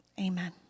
amen